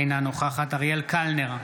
אינה נוכחת אריאל קלנר,